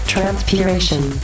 Transpiration